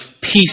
peace